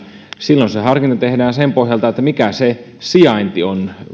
silloin se harkinta tehdään sen pohjalta mikä se sijainti on